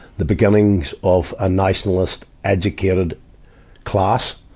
the beginnings of a nationalist, educated class,